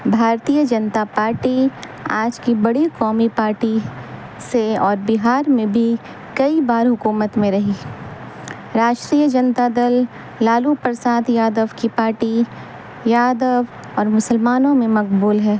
بھارتیہ Janata party آج کی بڑی قومی پارٹی سے اور بہار میں بھی کئی بار حکومت میں رہی راشٹرییہ جنتا دل لالو پرساد یادو کی پارٹی یادو اور مسلمانوں میں مقبول ہے